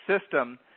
system